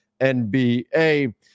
NBA